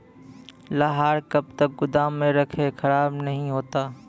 लहार कब तक गुदाम मे रखिए खराब नहीं होता?